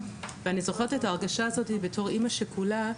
ואני זוכרת את ההרגשה הזאת בתור אימא שכולה,